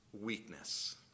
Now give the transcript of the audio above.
weakness